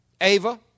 Ava